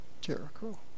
Jericho